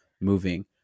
moving